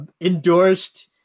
endorsed